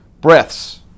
breaths